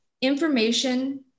information